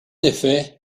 effet